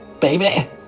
Baby